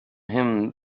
him